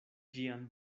ĝian